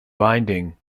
binding